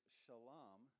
shalom